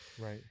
Right